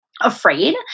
afraid